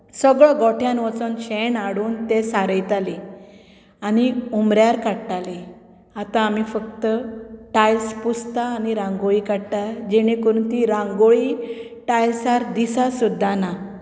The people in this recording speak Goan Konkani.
सगळो गोठ्यांत वचून शेण हाडून तें सारयतालीं आनी उमऱ्यार काडटालीं आतां आमी फकत टायल्स पुसतात आनी रांगोळी काडटात जेणें करून ती रांगोळी टायल्यार दीस सुद्दां ना